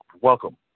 welcome